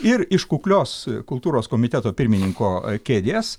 ir iš kuklios kultūros komiteto pirmininko kėdės